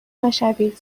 مشوید